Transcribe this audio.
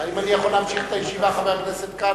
האם אני יכול להמשיך את הישיבה, חבר הכנסת כץ?